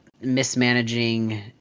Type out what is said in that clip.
mismanaging